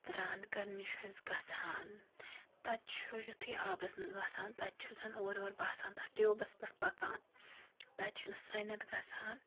سرٛان کَرنہِ چھُس گژھان تَتہِ چھُ یُتھُے آبَس منٛز وَسان تَتہِ چھُ زَن اورٕ یورٕ باسان تَتھ ٹیوٗبَس پٮ۪ٹھ پَکان تَتہِ چھ نہٕ سرٛیٚنِتھ گژھان